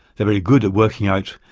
they're very good at working out,